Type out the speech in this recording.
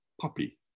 puppy